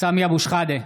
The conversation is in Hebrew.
סמי אבו שחאדה,